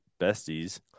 besties